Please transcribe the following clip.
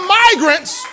migrants